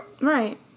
Right